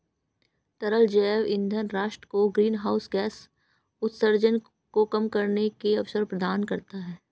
तरल जैव ईंधन राष्ट्र को ग्रीनहाउस गैस उत्सर्जन को कम करने का अवसर प्रदान करता है